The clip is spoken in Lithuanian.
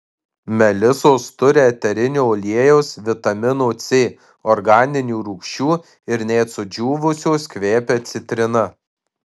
melisos turi eterinio aliejaus vitamino c organinių rūgščių ir net sudžiūvusios kvepia citrina